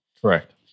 Correct